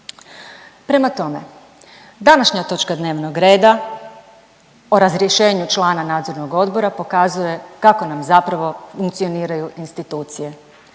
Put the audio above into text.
Prema tome, današnja točka dnevnog reda o razrješenju člana nadzornog odbora pokazuje kako nam zapravo funkcioniraju institucije.